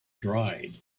dried